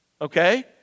okay